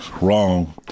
wrong